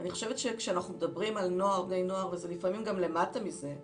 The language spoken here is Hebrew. אני חושבת שכשאנחנו מדברים על בני נוער ולפעמים גם למטה מזה,